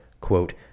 quote